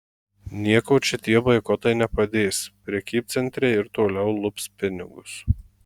nieko čia tie boikotai nepadės prekybcentriai ir toliau lups pinigus